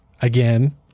Again